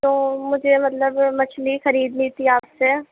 تو مجھے مطلب مچھلی خریدنی تھی آپ سے